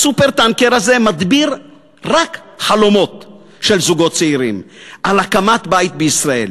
הסופר-טנקר הזה מדביר רק חלומות של זוגות צעירים על הקמת בית בישראל.